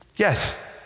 Yes